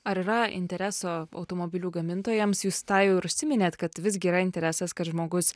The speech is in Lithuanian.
ar yra intereso automobilių gamintojams jūs tą jau ir užsiminėt kad visgi yra interesas kad žmogus